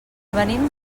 venim